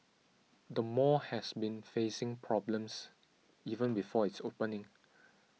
the mall has been facing problems even before its opening